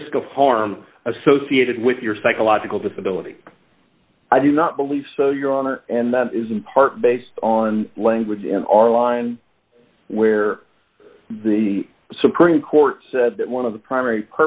risk of harm associated with your psychological disability i do not believe so your honor and that is in part based on language in our line where the supreme court said that one of the primary